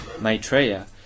Maitreya